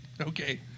Okay